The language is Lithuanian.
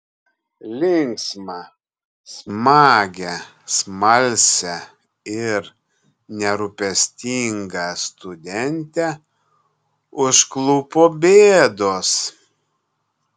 linksmą smagią smalsią ir nerūpestingą studentę užklupo bėdos